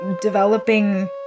developing